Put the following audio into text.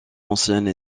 ancienne